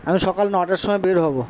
আমি সকাল নটার সময় বের হব